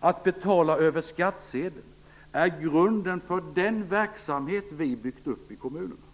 att vi betalar över skattsedeln, är grunden för den verksamhet som vi har byggt upp i kommunerna.